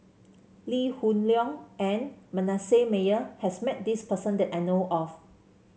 Lee Hoon Leong and Manasseh Meyer has met this person that I know of